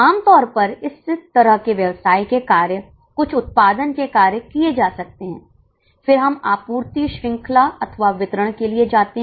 आमतौर पर इस तरह व्यवसाय के कार्य कुछ उत्पादन के कार्य किए जा सकते हैं फिर उत्पाद को ग्राहक तक पहुंचाने के लिए हम आपूर्ति श्रृंखला अथवा वितरण के लिए जाते हैं